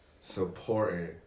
supporting